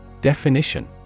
Definition